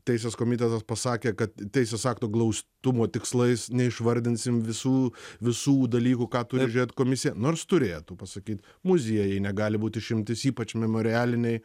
teisės komitetas pasakė kad teisės akto glaustumo tikslais neišvardinsim visų visų dalykų ką turi žiūrėt komisija nors turėtų pasakyt muziejai negali būt išimtis ypač memorialiniai